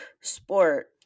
sport